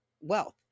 wealth